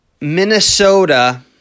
Minnesota